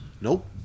Nope